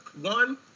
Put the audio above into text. One